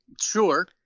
Sure